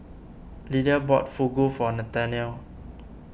Lydia bought Fugu for Nathanael